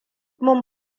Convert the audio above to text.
mun